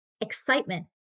excitement